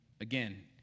Again